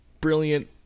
brilliant